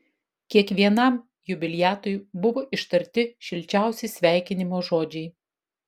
kiekvienam jubiliatui buvo ištarti šilčiausi sveikinimo žodžiai